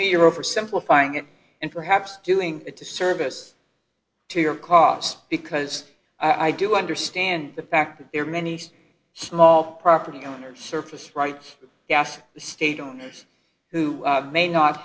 you're oversimplifying it and perhaps doing a disservice to your cause because i do understand the fact that there are many small property owners surface right yes state owners who may not